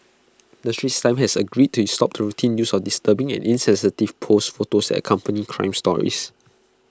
the straits times has agreed to stop the routine use of disturbing and insensitive posed photos that accompany crime stories